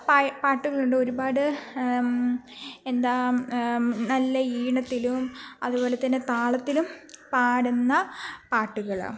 പാട്ടുകളുണ്ട് ഒരുപാട് എന്താണ് നല്ല ഈണത്തിലും അതുപോല തന്നെ താളത്തിലും പാടുന്ന പാട്ടുകൾ